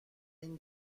این